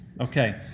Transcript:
Okay